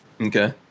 Okay